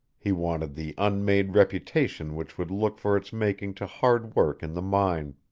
he wanted the unmade reputation which would look for its making to hard work in the mine.